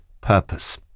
purpose